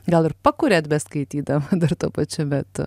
gal ir pakuriat beskaitydama dar tuo pačiu metu